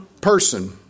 person